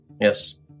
Yes